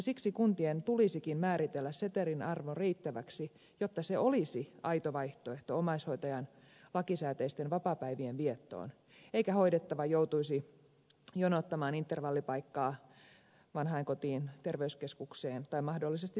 siksi kuntien tulisikin määritellä setelin arvo riittäväksi jotta se olisi aito vaihtoehto omaishoitajan lakisääteisten vapaapäivien viettoon eikä hoidettava joutuisi jonottamaan intervallipaikkaa vanhainkotiin terveyskeskukseen tai mahdollisesti dementiakotiin